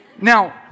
Now